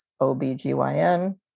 OBGYN